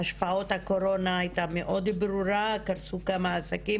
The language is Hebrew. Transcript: שהשפעות הקורונה היו מאוד ברורות וקרסו כמה עסקים,